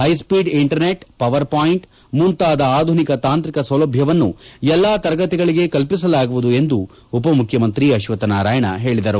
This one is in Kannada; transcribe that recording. ಹೈಸ್ವೀಡ್ ಇಂಟರ್ನೆಟ್ ಪವರ್ಪಾಯಿಂಟ್ ಮುಂತಾದ ಆಧುನಿಕ ತಾಂತ್ರಿಕ ಸೌಲಭ್ಯವನ್ನು ಎಲ್ಲ ತರಗತಿಗಳಿಗೆ ಕಲ್ಪಿಸಲಾಗುವುದು ಎಂದು ಉಪಮುಖ್ಯಮಂತ್ರಿ ಅಶ್ವಕ್ಥ ನಾರಾಯಣ ಹೇಳಿದರು